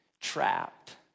Trapped